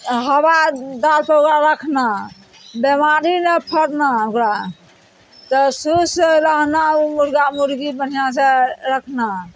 हवादार पर ओकरा रखना बेमारी नहि फड़ना ओकरा तऽ सुस रहना ओ मुर्गा मुर्गी बढ़िआँ सऽ रखना